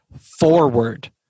forward